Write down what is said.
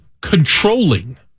Controlling